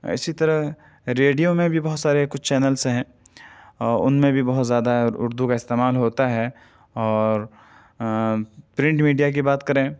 اسی طرح ریڈیو میں بھی بہت سارے کچھ چینلس ہیں اور ان میں بھی بہت زیادہ اردو کا استعمال ہوتا ہے اور پرنٹ میڈیا کی بات کریں